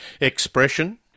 expression